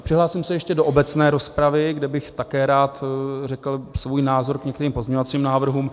Přihlásím se ještě do obecné rozpravy, kde bych také rád řekl svůj názor k některým pozměňovacím návrhům.